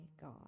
God